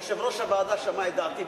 יושב-ראש הוועדה שמע את דעתי,